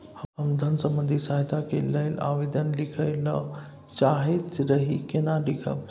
हम धन संबंधी सहायता के लैल आवेदन लिखय ल चाहैत रही केना लिखब?